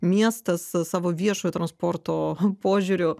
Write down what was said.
miestas savo viešojo transporto požiūriu